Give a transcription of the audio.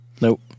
Nope